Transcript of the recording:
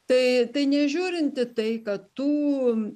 tai tai nežiūrint į tai kad tų